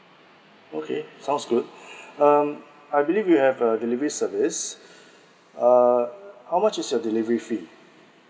okay sound's good um I believe you have a delivery service uh how much is your delivery fee